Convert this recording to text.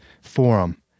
forum